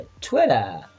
Twitter